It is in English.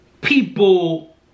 People